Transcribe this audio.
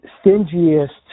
stingiest